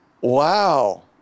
Wow